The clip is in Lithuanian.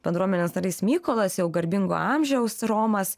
bendruomenės narys mykolas jau garbingo amžiaus romas